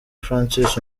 francis